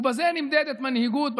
ובזה נמדדת מנהיגות,